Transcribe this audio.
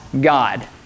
God